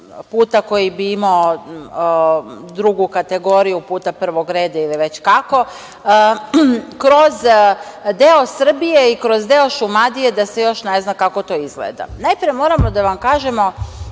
puta koji bi imao drugu kategoriju puta prvog reda ili već kako kroz deo Srbije i kroz deo Šumadije da se još ne zna kako to izgleda. Najpre moramo da vam kažemo